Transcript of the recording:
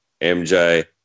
MJ